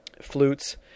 flutes